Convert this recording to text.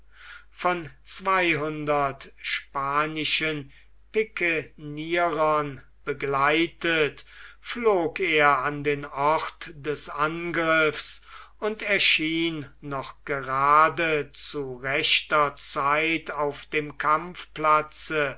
von zweihundert spanischen pikenierern begleitet flog er an den ort des angriffs und erschien noch gerade zu rechter zeit auf dem